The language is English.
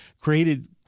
created –